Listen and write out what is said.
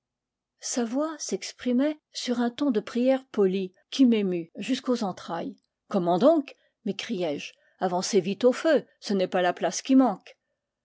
voix s'exprimait sur un ton de prière polie qui m'émut jusqu'aux entrailles comment donc m'écriai-je avancez vite au feu ce n'est pas la place qui manque